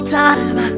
time